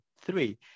three